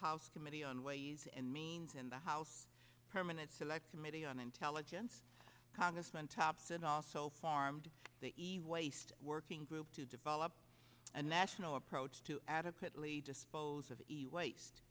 house committee on ways and means in the house permanent select committee on intelligence congressman thompson also farmed the waste working group to develop a national approach to adequately dispose of